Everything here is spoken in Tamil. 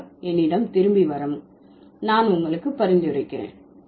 இருந்தால் என்னிடம் திரும்பி வரவும் நான் உங்களுக்கு பரிந்துரைக்கிறேன்